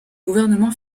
gouvernement